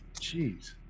Jeez